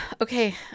Okay